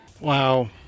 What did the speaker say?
Wow